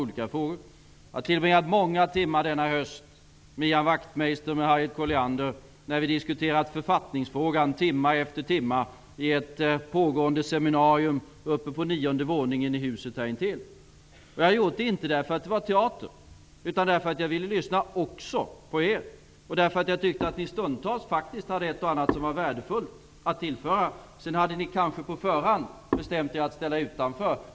Jag har denna höst tillbringat många timmar med Ian Wachtmeister och Harriet Colliander, då vi timme eller timme har diskuterat författningsfrågan i ett pågående seminarium uppe på nionde våningen i huset här intill. Jag har inte gjort detta för att det var teater, utan därför att jag ville lyssna också på er och därför att jag tyckte att ni stundtals hade ett och annat som var värdefullt att tillföra. Sedan hade ni kanske på förhand bestämt er för att ställa er utanför.